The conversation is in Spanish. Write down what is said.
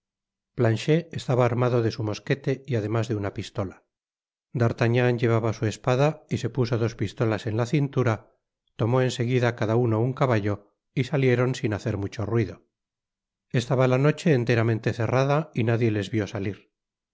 planchet estaba armado de su mosquete y además de una pistola d'artagnan llevaba su espada y se puso dos pistolas en la cintura tomó en seguida cada uno un caballo y salieron sin hacer mucho ruido estaba la noche enteramente cerrada y nadie les vió salir